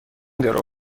درو